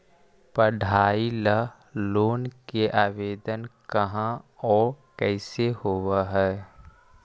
पढाई ल लोन के आवेदन कहा औ कैसे होब है?